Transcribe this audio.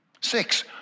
Six